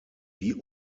die